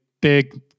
big